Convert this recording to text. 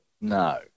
No